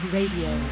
Radio